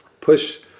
push